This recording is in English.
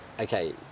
okay